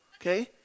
okay